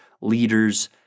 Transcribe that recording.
leaders